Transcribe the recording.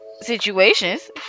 situations